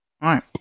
right